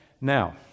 Now